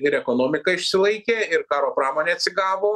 ir ekonomika išsilaikė ir karo pramonė atsigavo